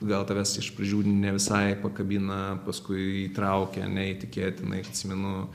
gal tavęs iš pradžių ne visai pakabina paskui įtraukia neįtikėtinai atsimenu